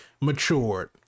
matured